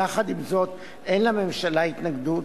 יחד עם זאת אין לממשלה התנגדות,